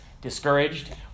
discouraged